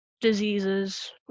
diseases